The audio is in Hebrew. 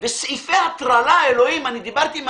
וסעיפי הטרלה, אלוהים, אני דיברתי עם